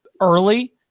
early